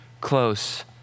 close